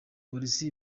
polisi